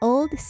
Old